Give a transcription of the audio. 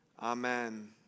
amen